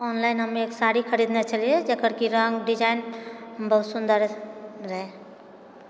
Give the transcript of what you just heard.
online हमे एक साड़ी खरीदने छलियै जकरकि रङ्ग डिजाइन बहुत सुन्दर रहै